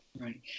Right